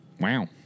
wow